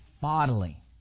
bodily